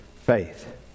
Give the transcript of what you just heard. faith